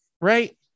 right